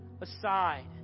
aside